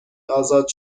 ازاد